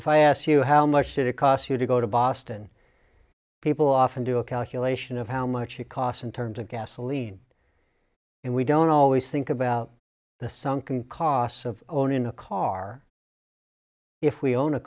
if i ask you how much did it cost you to go to boston people often do a calculation of how much it costs in terms of gasoline and we don't always think about the sunken costs of owning a car if we own a